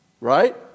Right